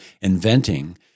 inventing